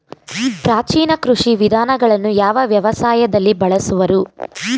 ಪ್ರಾಚೀನ ಕೃಷಿ ವಿಧಾನಗಳನ್ನು ಯಾವ ವ್ಯವಸಾಯದಲ್ಲಿ ಬಳಸುವರು?